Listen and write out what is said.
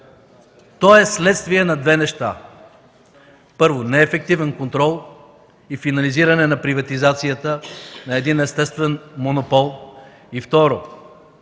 е следствие на две неща. Първо, неефективен контрол и финализиране на приватизацията на един естествен монопол. Второ,